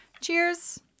cheers